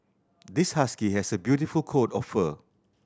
this husky has a beautiful coat of fur